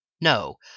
no